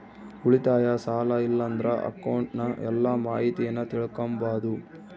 ಉಳಿತಾಯ, ಸಾಲ ಇಲ್ಲಂದ್ರ ಅಕೌಂಟ್ನ ಎಲ್ಲ ಮಾಹಿತೀನ ತಿಳಿಕಂಬಾದು